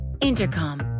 intercom